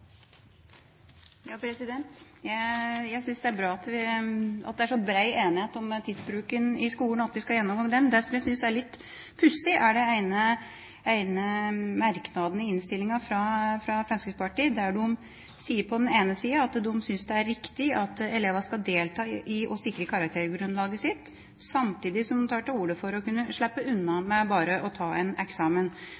bra at det er så bred enighet om tidsbruken i skolen, og at vi skal gjennomgå den. Det som jeg synes er litt pussig, er den ene merknaden i innstillingen fra Fremskrittspartiet der de sier på den ene siden at de synes det er riktig at elevene skal delta i å sikre karaktergrunnlaget sitt, samtidig som de tar til orde for å la dem slippe unna